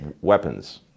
Weapons